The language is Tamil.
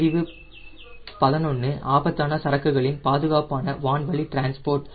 பிரிவு 11 ஆபத்தான சரக்குகளின் பாதுகாப்பான வான்வழி டிரான்ஸ்போர்ட்